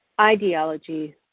ideology